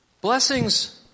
blessings